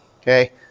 okay